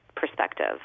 Perspective